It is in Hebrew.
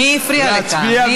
מי הפריעה לך?